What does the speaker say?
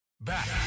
Back